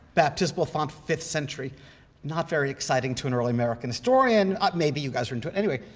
baptismal font fifth century not very exciting to an early american historian. maybe you guys are into it. anyway,